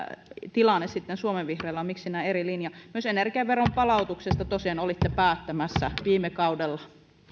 tilanne suomen vihreillä on miksi näin eri linja myös energiaveron palautuksesta tosiaan olitte päättämässä viime kaudella